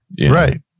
right